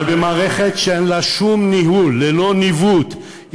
אבל במערכת שאין לה שום ניהול, ללא ניווט.